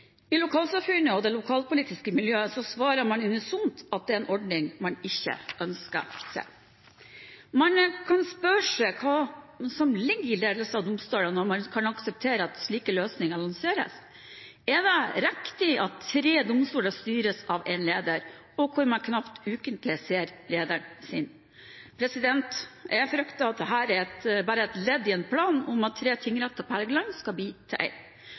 I lokalsamfunnet og det lokalpolitiske miljøet svarer man unisont at dette er en ordning man ikke ønsker seg. Man kan spørre seg hva man legger i ledelse av domstoler når man kan akseptere at slike løsninger lanseres. Er det riktig at tre domstoler styres av én leder, og at man knapt ukentlig ser lederen sin? Jeg frykter at dette bare er et ledd i en plan om at tre tingretter på Helgeland skal bli til